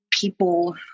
people